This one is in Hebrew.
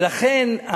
ולכן,